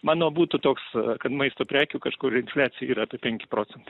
mano būtų toks kad maisto prekių kažkur infliacija yra apie penki procentai